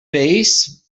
vells